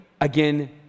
again